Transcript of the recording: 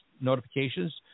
notifications